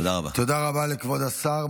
תודה רבה לכבוד השר.